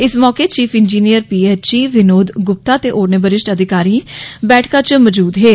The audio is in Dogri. इस मौके chief engineer P H E Vinod Gupta ते होरने वरिष्ठ अधिकारी बैठका च मजूद हे